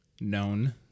known